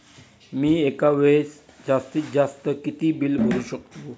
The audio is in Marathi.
मी एका वेळेस जास्तीत जास्त किती बिल भरू शकतो?